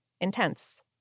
intense